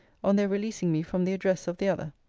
on their releasing me from the address of the other.